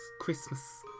Christmas